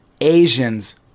Asians